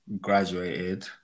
Graduated